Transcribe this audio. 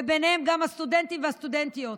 וביניהן גם הסטודנטים והסטודנטיות,